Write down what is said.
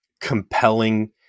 compelling